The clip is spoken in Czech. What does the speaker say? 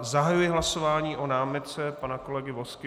Zahajuji hlasování o námitce pana kolegy Vozky.